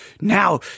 now